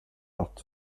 att